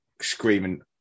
screaming